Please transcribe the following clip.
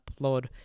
upload